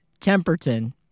Temperton